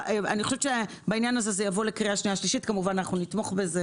כשזה יבוא לקריאה שנייה ושלישית אנחנו נתמוך בזה,